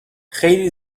خیلی